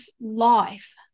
life